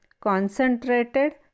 concentrated